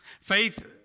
Faith